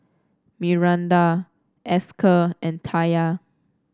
Myranda Esker and Taya